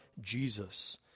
Jesus